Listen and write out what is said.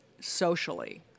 socially